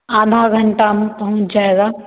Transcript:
आधे घंटे में पहुँच जाएगा